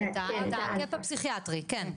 את הקאפ הפסיכיאטרי, כן.